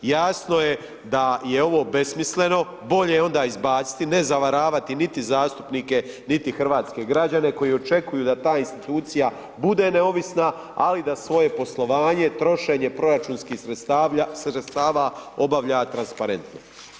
Jasno je da je ovo besmisleno, bolje je onda izbaciti, ne zavaravati niti zastupnike, niti hrvatske građane koji očekuju da ta institucija bude neovisna, ali da svoje poslovanje, trošenje proračunskih sredstava obavlja transparentno.